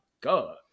God